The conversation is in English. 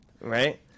Right